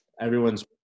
everyone's